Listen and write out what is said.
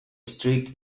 strict